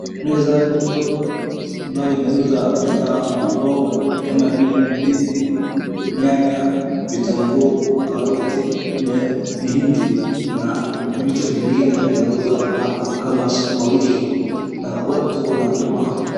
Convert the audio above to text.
Meza kidogo ambayo inauza bidhaa ama mboga kama vile ndizi, nyanya, vitunguu, karoti, mahindi na vitu zingine zinauzwa hapa kama sukumawiki na watu wananunua hapa.